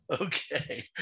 okay